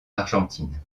argentine